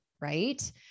right